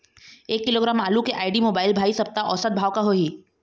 एक किलोग्राम आलू के आईडी, मोबाइल, भाई सप्ता औसत भाव का होही?